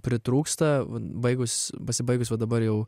pritrūksta baigus pasibaigus va dabar jau